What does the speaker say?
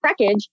crackage